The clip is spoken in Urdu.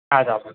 آداب عرض